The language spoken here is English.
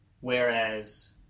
Whereas